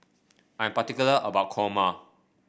I'm particular about kurma